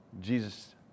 Jesus